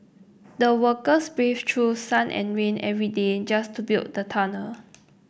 the workers braved through sun and rain every day just to build the tunnel